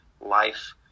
life